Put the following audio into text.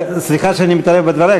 סליחה שאני מתערב בדברייך,